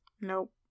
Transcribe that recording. nope